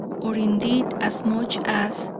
or indeed as much as,